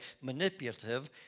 manipulative